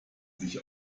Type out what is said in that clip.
sich